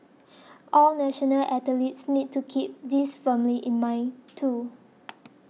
all national athletes need to keep this firmly in mind too